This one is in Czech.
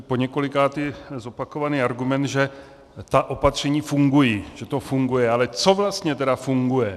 Poněkolikáté zopakovaný argument, že ta opatření fungují, že to funguje ale co vlastně tedy funguje?